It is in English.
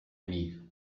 need